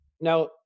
Now